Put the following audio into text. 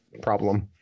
problem